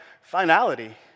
finality